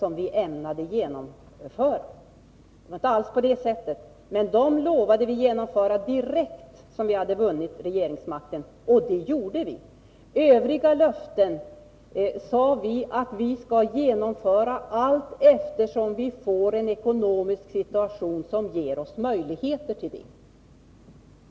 Det var inte alls så. Det var fyra löften vi lovade infria omedelbart efter det att vi fått regeringsmakten, och det gjorde vi. Övriga löften sade vi att vi skall genomföra allteftersom vi får en ekonomisk situation som ger oss möjligheter till detta.